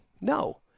No